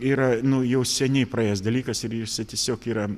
yra nu jau seniai praėjęs dalykas ir jisai tiesiog yra